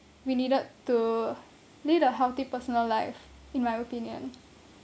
we needed to lead a healthy personal life in my opinion